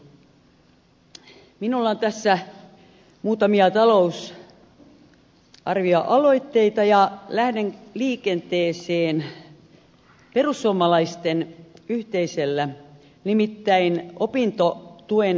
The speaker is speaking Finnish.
minulla on tässä muutamia talousarvioaloitteita ja lähden liikenteeseen perussuomalaisten yhteisellä nimittäin opintotuen sitomisella indeksiin